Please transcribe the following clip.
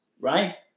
right